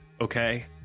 okay